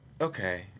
Okay